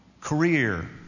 career